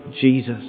Jesus